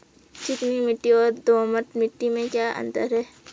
चिकनी मिट्टी और दोमट मिट्टी में क्या अंतर है?